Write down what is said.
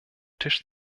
tisch